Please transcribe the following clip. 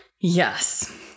Yes